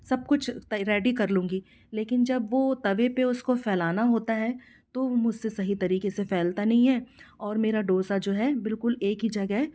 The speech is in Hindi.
सब कुछ रेडी कर लूँगी लेकिन जब वो तवे पे उसको फैलाना होता है तो मुझसे सही तरीके से फैलता नहीं है और मेरा डोसा जो है बिल्कुल एक ही जगह